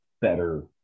better